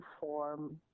form